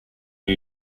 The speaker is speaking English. new